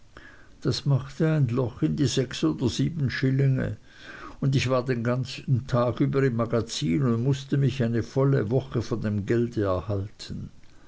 das machte ein loch in die sechs oder sieben schillinge und ich war den ganzen tag über im magazin und mußte mich eine volle woche von dem gelde erhalten